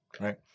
right